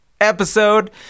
episode